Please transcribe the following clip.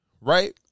Right